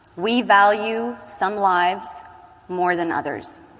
we value some lives more than others.